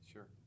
Sure